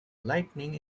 lightning